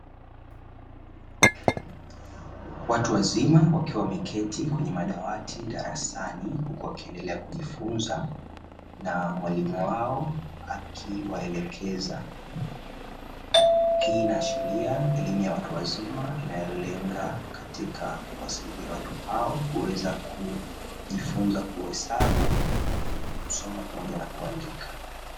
Watu wazima wakiwa wameketi kwenye madawati darasani huku wakiendelea kujifunza na mwalimu wao akiwalekeza. Hii inaashiria elimu ya watu wazima inayolenga katika kuwasaidia watu hao kuweza kujifunza kuhesabu, kusoma pamoja na kuandika.